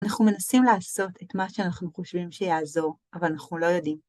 אנחנו מנסים לעשות את מה שאנחנו חושבים שיעזור, אבל אנחנו לא יודעים.